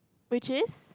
which is